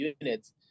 units